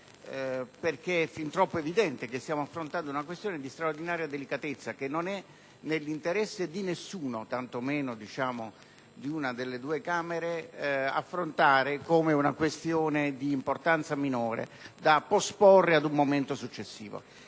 È fin troppo evidente, infatti, che stiamo affrontando una questione di straordinaria delicatezza, che non è nell'interesse di nessuno, tanto meno di una delle due Camere, affrontare come un tema di importanza minore da posporre ad un momento successivo.